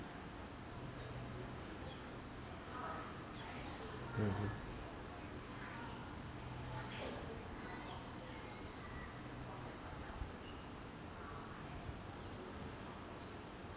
mmhmm